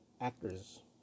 actors